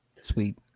sweet